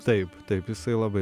taip taip jisai labai